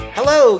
Hello